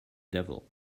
devil